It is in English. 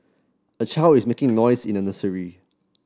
a child is making noise in a nursery